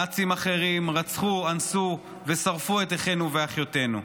נאצים אחרים רצחו, אנסו ושרפו את אחינו ואחיותינו.